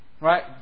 Right